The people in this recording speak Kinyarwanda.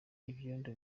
ibyondo